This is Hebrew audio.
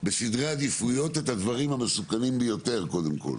בסדרי עדיפויות את הדברים המסוכנים ביותר קודם כל,